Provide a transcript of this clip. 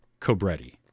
Cobretti